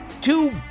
two